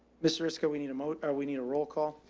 mister cisco, we need a moat or we need a roll call.